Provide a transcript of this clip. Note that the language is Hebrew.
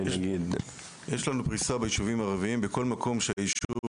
יש לנו פריסה ביישובים הערביים בכל מקום שהיישוב